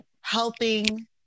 helping